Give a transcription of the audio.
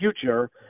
future